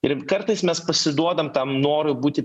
ir kartais mes pasiduodam tam norui būti